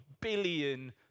billion